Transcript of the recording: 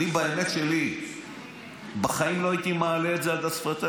אני באמת שלי בחיים לא הייתי מעלה את זה על השפתיים,